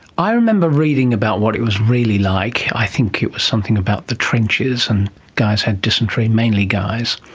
i remember reading about what it was really like. i think it was something about the trenches and guys had dysentery, mainly guys,